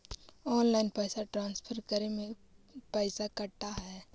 Online पैसा transfer करे में पैसा कटा है?